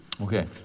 Okay